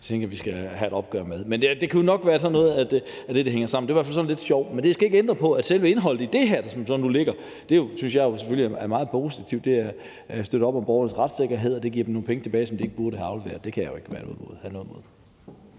Det tænker jeg vi skal have et opgør med. Det kunne nok være sådan, det hænger sammen, det var i hvert fald lidt sjovt. Men det skal ikke ændre på, at selve indholdet i det her, som der nu ligger her, synes jeg selvfølgelig er meget positivt, for det støtter op om borgernes retssikkerhed, og det giver dem nogle penge tilbage, som de ikke burde have afleveret, og det kan jeg jo ikke have noget imod.